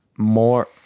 More